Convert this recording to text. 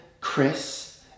Chris